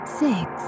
six